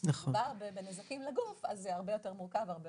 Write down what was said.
אבל כשמדובר בנזקים לגוף זה הרבה יותר מורכב ומסובך.